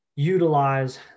utilize